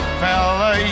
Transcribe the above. fella